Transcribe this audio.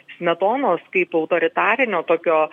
smetonos kaip autoritarinio tokio